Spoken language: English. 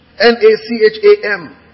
N-A-C-H-A-M